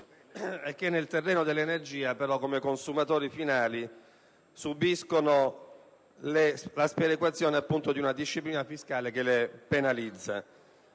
sul terreno dell'energia, come consumatori finali, subiscono la sperequazione di una disciplina fiscale che le penalizza.